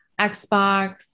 Xbox